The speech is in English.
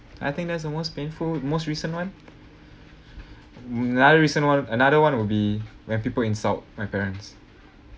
I think that's the most painful most recent one another recent one another one will be when people insult my parents